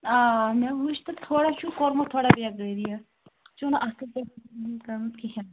آ مےٚ وُچھ تہٕ تھوڑا چھُ کوٚرمُت تھوڑا بیٚگٲری اتھ یہِ چھُو نہٕ اَصٕل پٲٹھۍ توٚگمُت کَرُن کِہیٖنٛی